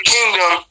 Kingdom